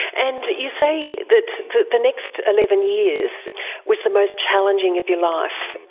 and you say that the the next eleven years was the most challenging of your life.